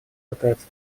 пытается